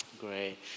Great